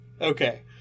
Okay